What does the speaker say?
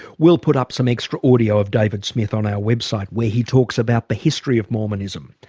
we'll put up some extra audio of david smith on our website where he talks about the history of mormonism.